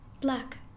Black